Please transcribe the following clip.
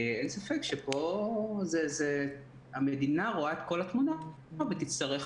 אין ספק שפה המדינה רואה את כל התמונה והיא תצטרך